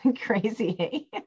crazy